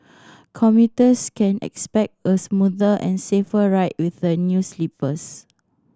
commuters can expect a smoother and safer ride with the new sleepers